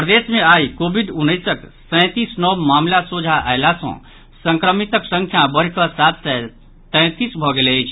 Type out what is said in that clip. प्रदेश मे आई कोविड उन्नैसक सैंतीस नव मामिला सोंझा अयला सँ संक्रमित संख्या बढ़िकऽ सात सय तैंतीस भऽ गेल अछि